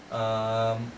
um